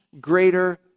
greater